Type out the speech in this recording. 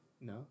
No